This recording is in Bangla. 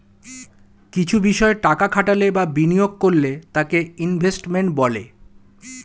কিছু বিষয় টাকা খাটালে বা বিনিয়োগ করলে তাকে ইনভেস্টমেন্ট বলে